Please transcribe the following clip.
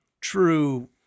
true